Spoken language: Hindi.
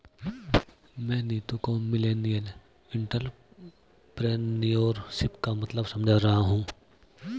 मैं नीतू को मिलेनियल एंटरप्रेन्योरशिप का मतलब समझा रहा हूं